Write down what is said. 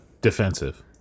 defensive